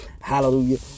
Hallelujah